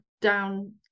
down